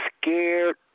scared